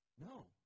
No